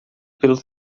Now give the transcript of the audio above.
pelo